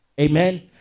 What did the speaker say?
amen